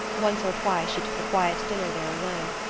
once or twice she took a quiet dinner there alone,